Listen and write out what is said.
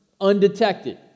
undetected